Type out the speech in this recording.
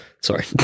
Sorry